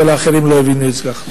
אבל האחרים לא הבינו את זה כך.